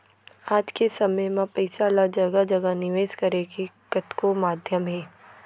आज के समे म पइसा ल जघा जघा निवेस करे के कतको माध्यम हे